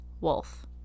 Wolf